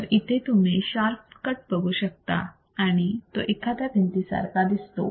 तरी इथे तुम्ही शार्प कट बघू शकता आणि तो एखाद्या भिंतीसारखा दिसतो